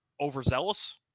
overzealous